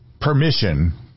permission